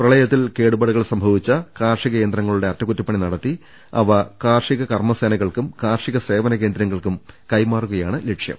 പ്രളയ ത്തിൽ കേടുപാടുകൾ സംഭവിച്ച കാർഷിക യന്ത്രങ്ങളുടെ അറ്റകുറ്റ പണി നടത്തി അവ കാർഷിക കർമ്മസേനകൾക്കും കാർഷിക സേവന കേന്ദ്ര ങ്ങൾക്കും കൈമാറുകയാണ് ലക്ഷ്യം